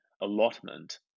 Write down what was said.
allotment